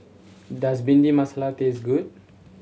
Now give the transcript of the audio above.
does Bhindi Masala taste good